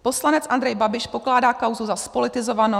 Poslanec Andrej Babiš pokládá kauzu za zpolitizovanou.